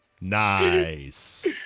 Nice